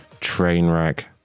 Trainwreck